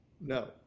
No